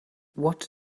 what